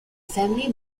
family